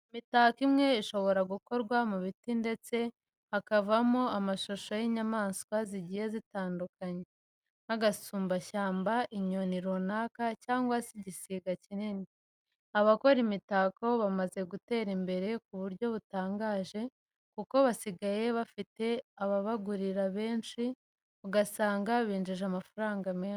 Imitako imwe ishobora gukorwa mu biti ndetse hakavamo amshusho y'inyamaswa zitandukanye nk'agasumbashyamba, inyoni runaka cyangwa se igisiga kinini. Abakora imitako bamaze gutera imbere ku buryo butangaje kuko basigaye bafite ababagurira benshi ugasanga binjije amafaranga menshi.